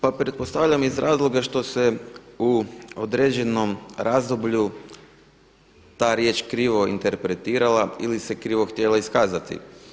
Pa pretpostavljam iz razloga što se u određenom razdoblju ta riječ krivo interpretirala ili se krivo htjela iskazati.